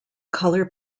colour